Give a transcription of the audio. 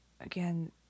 again